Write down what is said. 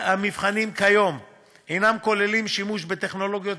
המבחנים כיום אינם כוללים שימוש בטכנולוגיות